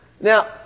Now